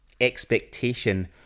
expectation